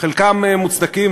חלקם מוצדקים,